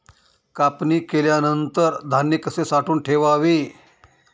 कापणी केल्यानंतर धान्य कसे साठवून ठेवावे?